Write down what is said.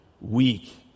weak